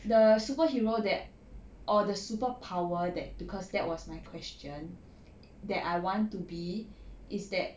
the superhero that or the super power that cause that was my question that I want to be is that